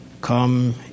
come